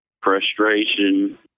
frustration